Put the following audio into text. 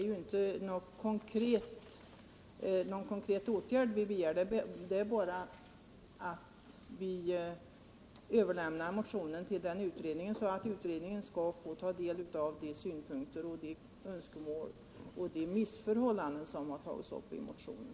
Vi begär inte någon konkret åtgärd, vi begär bara att motionen skall överlämnas till utredningen så att utredningen får ta del av de synpunkter, önskemål och missförhållanden som har tagits upp i motionen.